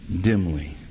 dimly